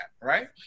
right